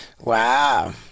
Wow